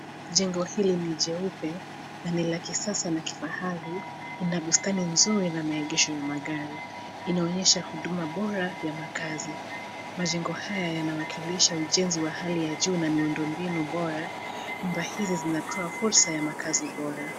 Jengo hili ni jeupe na ni la kisasa na kifahari ina bustani nzuri na maegesho ya magari. Inaonyesha huduma bora ya makaazi . Majengo haya yanawakilisha ujenzi wa hali ya juu na miundo mbinu bora nyumba hizi zinatoa fursa ya makazi bora.